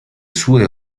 sue